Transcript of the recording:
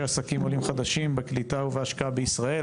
עסקים עולים חדשים בקליטה ובהשקעה בישראל.